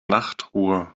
nachtruhe